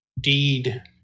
deed